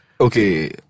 okay